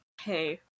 hey